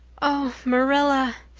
oh, marilla,